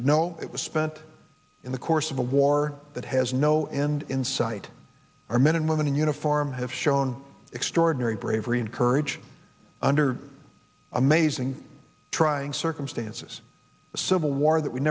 but no it was spent in the course of a war that has no end in sight our men and women in uniform have shown extraordinary bravery and courage under amazing trying sir stance is a civil war that we